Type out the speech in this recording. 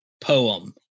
poem